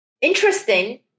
interesting